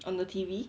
on the T_V